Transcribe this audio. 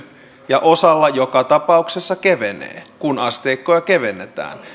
ja osalla joka tapauksessa kevenee kun asteikkoja kevennetään